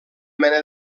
mena